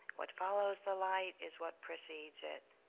what follows the light is what precedes it.